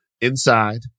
inside